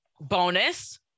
Bonus